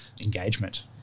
engagement